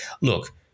look